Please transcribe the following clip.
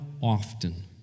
often